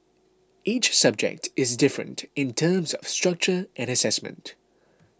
each subject is different in terms of structure and assessment